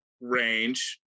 range